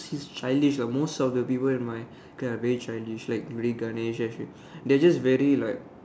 childish ah most of the people in my class are very childish like Ganesh they're just very like